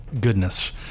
goodness